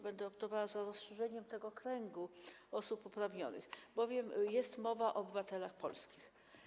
Będę optowała za rozszerzeniem kręgu osób uprawnionych, bowiem jest mowa o obywatelach polskich.